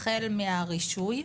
החל מהרישוי,